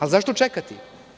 Ali, zašto čekati?